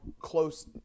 close